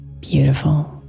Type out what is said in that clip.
beautiful